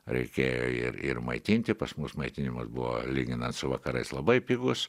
reikėjo ir ir maitinti pas mus maitinimas buvo lyginant su vakarais labai pigus